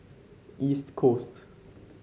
East Coast